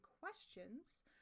questions